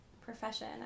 profession